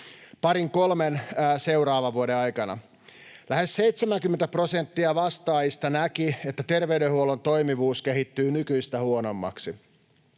parin kolmen seuraavan vuoden aikana. Lähes 70 prosenttia vastaajista näki, että terveydenhuollon toimivuus kehittyy nykyistä huonommaksi.